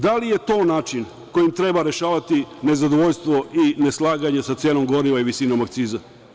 Da li je to način kojim treba rešavati nezadovoljstvo i neslaganje sa cenom goriva i visinom akciza?